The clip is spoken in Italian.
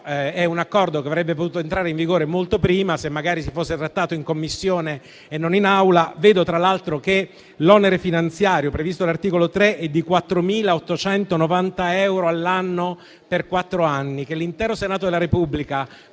È un Accordo, però, che avrebbe potuto entrare in vigore molto prima se magari fosse stato trattato in Commissione e non in Assemblea. Vedo tra l'altro che l'onere finanziario, previsto dall'articolo 3, è di 4.890 euro all'anno per quattro anni. Che l'intero Senato della Repubblica